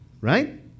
right